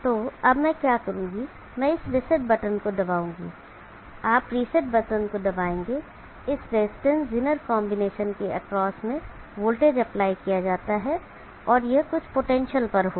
तो मैं क्या करूंगा मैं इस रीसेट बटन को दबाऊंगा आप रीसेट बटन दबाएं इस रजिस्टेंस जेनर कॉन्बिनेशन के एक्रॉस में वोल्टेज अप्लाई किया जाता है और यह कुछ पोटेंशियल पर होगा